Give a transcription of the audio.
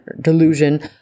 delusion